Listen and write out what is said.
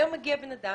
היום מגיע בן אדם,